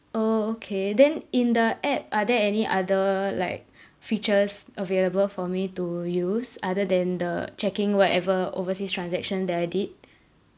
orh okay then in the app are there any other like features available for me to use other than the checking whatever overseas transaction that I did